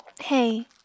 Hey